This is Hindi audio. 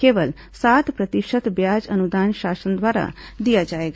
केवल सात प्रतिशत ब्याज अनुदान शासन द्वारा दिया जाएगा